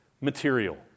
material